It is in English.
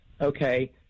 Okay